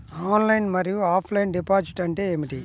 Online మరియు offline deposit అంటే ఏమిటి?